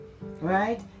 right